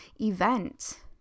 event